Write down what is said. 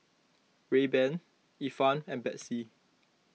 Rayban Ifan and Betsy